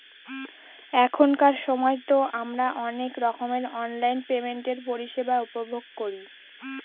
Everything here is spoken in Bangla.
এখনকার সময়তো আমারা অনেক রকমের অনলাইন পেমেন্টের পরিষেবা উপভোগ করি